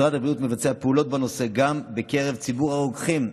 משרד הבריאות מבצע פעולות בנושא גם בקרב ציבור הרוקחים,